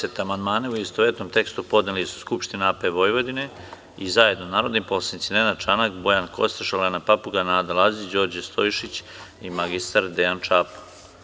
Na član 10. amandmane u istovetnom tekstu podneli su Skupština AP Vojvodine i zajedno narodni poslanici Nenad Čanak, Bojan Kostreš, Olena Papuga, Nada Lazić, Đorđe Stojšić i mr Dejan Čapo.